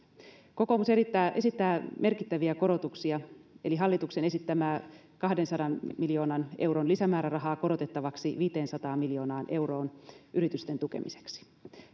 kokoomus esittää merkittäviä korotuksia eli hallituksen esittämää kahdensadan miljoonan euron lisämäärärahaa korotettavaksi viiteensataan miljoonaan euroon yritysten tukemiseksi